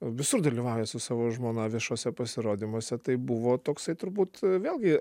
visur dalyvauja su savo žmona viešuose pasirodymuose tai buvo toksai turbūt vėlgi